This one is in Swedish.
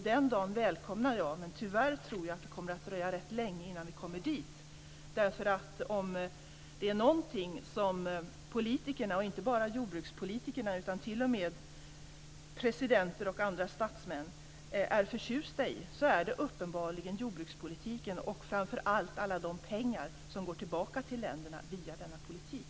Den dagen välkomnar jag, men tyvärr tror jag att det kommer att dröja rätt länge innan vi kommer dit, därför att om det är någonting som politikerna, och inte bara jordbrukspolitikerna utan t.o.m. presidenter och andra statsmän, är förtjusta i så är det uppenbarligen jordbrukspolitiken, och framför allt alla de pengar som går tillbaka till länderna via denna politik.